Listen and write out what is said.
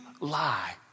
lie